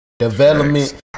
Development